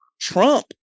Trump